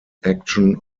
action